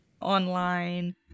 online